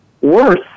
worse